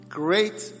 great